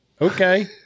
Okay